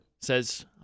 says